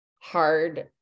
hard